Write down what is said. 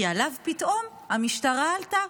כי עליו פתאום המשטרה עלתה,